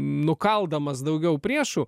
nukaldamas daugiau priešų